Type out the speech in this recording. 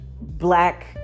black